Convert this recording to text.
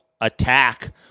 attack